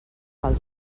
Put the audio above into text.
pel